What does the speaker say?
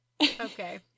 Okay